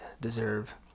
deserve